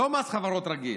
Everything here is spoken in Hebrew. לא מס חברות רגיל,